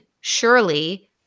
surely